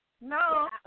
No